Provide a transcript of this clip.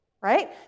right